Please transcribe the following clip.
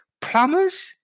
plumbers